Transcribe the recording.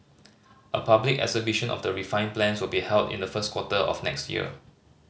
a public exhibition of the refined plans will be held in the first quarter of next year